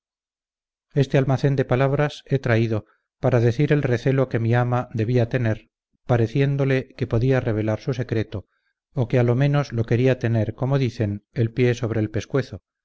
este almacén de palabras he traído para decir el recelo que mi ama debía tener pareciéndole que podía revelar su secreto o que a lo menos lo quería tener como dicen el pie sobre el pescuezo